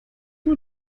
nur